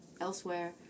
elsewhere